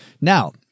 now